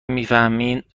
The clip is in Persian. میفهمین